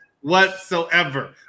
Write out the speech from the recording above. whatsoever